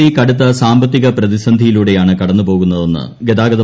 C കടുത്തൂ സാമ്പത്തിക പ്രതിന്ധിയിലൂടെയാണ് കടന്നുപോകുന്നതെന്ന് ഗതാഗ്രത്